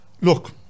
Look